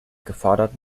gefordert